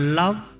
love